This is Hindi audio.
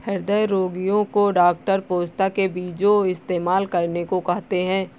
हृदय रोगीयो को डॉक्टर पोस्ता के बीजो इस्तेमाल करने को कहते है